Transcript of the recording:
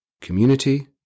Community